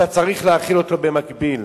אתה צריך להאכיל אותם במקביל.